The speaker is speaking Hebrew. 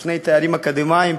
עם שני תארים אקדמיים,